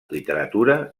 literatura